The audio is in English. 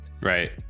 Right